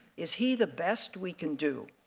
is he the best we can do?